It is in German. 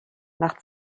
nach